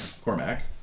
Cormac